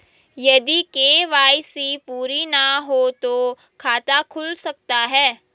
यदि के.वाई.सी पूरी ना हो तो खाता खुल सकता है?